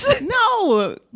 No